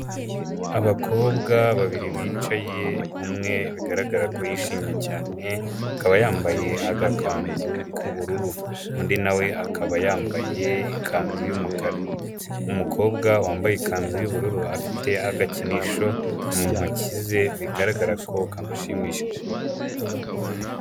Abakobwa babiri bicaye, umwe bigaragara ko yishimye cyane, akaba yambaye agakanzu k'ubururu. Undi nawe akaba yambaye ikanzu y'umukara. Umukobwa wambaye ikanzu y'ubururu, afite agakinisho mu ntoki ze, bigaragara ko kamushimishije.